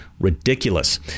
ridiculous